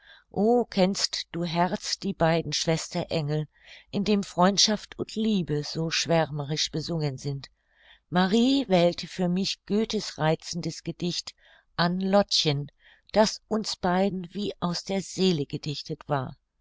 kennst du herz die beiden schwesterengel in dem freundschaft und liebe so schwärmerisch besungen sind marie wählte für mich göthe's reizendes gedicht an lottchen das uns beiden wie aus der seele gedichtet war